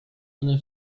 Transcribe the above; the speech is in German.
eine